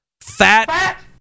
fat